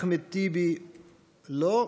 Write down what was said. אחמד טיבי לא,